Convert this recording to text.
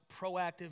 proactive